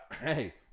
Hey